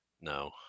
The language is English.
No